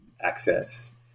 access